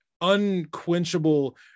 unquenchable